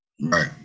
Right